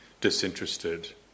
disinterested